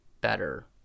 better